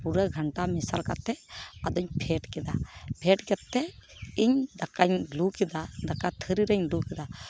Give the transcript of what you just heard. ᱯᱩᱨᱟᱹ ᱜᱷᱟᱱᱴᱟ ᱢᱮᱥᱟᱞ ᱠᱟᱛᱮᱫ ᱟᱫᱚᱧ ᱯᱷᱮᱸᱰ ᱠᱮᱫᱟ ᱯᱷᱮᱸᱰ ᱠᱟᱛᱮᱫ ᱤᱧ ᱫᱟᱠᱟᱧ ᱞᱩ ᱠᱮᱫᱟ ᱫᱟᱠᱟ ᱛᱷᱟᱹᱨᱤ ᱨᱤᱧ ᱞᱩ ᱠᱮᱫᱟ